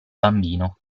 bambino